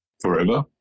forever